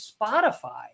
Spotify